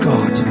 God